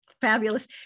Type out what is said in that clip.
Fabulous